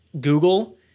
Google